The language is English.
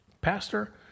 pastor